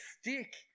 stick